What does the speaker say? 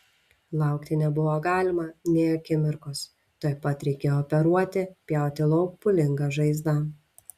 laukti nebuvo galima nė akimirkos tuoj pat reikėjo operuoti pjauti lauk pūlingą žaizdą